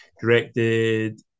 Directed